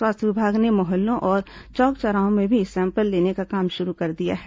स्वास्थ्य विभाग ने मोहल्लों और चौक चौराहों में भी सैंपल लेने का काम शुरू कर दिया है